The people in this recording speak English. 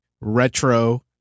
retro